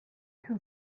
who